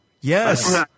Yes